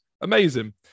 Amazing